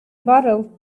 bottle